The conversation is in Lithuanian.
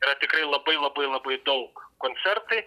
yra tikrai labai labai labai daug koncertai